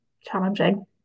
challenging